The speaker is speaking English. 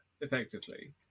effectively